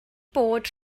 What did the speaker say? bod